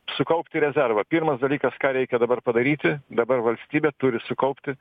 sukaupti rezervą pirmas dalykas ką reikia dabar padaryti dabar valstybė turi sukaupti